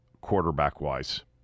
quarterback-wise